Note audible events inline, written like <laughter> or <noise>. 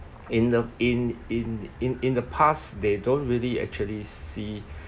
in the in in in in the past they don't really actually see <breath>